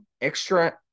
extra